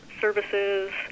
services